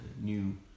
new